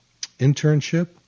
internship